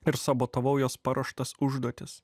ir sabotavau jos paruoštas užduotis